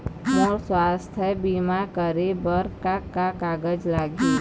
मोर स्वस्थ बीमा करे बर का का कागज लगही?